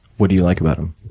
what do you like about him?